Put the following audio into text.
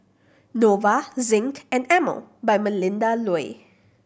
Nova Zinc and Emel by Melinda Looi